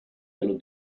dello